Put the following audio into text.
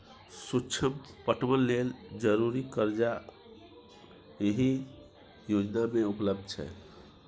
सुक्ष्म पटबन लेल जरुरी करजा एहि योजना मे उपलब्ध छै